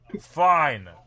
Fine